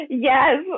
Yes